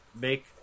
make